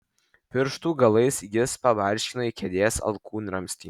pirštų galais jis pabarškino į kėdės alkūnramstį